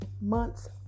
month's